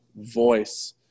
voice